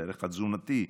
הערך התזונתי,